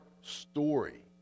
story